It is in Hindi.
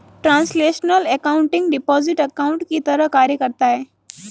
ट्रांसलेशनल एकाउंटिंग डिपॉजिट अकाउंट की तरह कार्य करता है